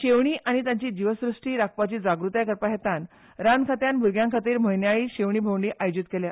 शेवर्णी आनी तांची जीवसृश्ट राखपाची जागृताय करपाच्या हेतान रान खात्यान भूरग्यां खातीर म्हयन्याळी शेंवणी भोंवडी आयोजीत केल्या